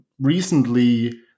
recently